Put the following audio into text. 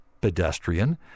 pedestrian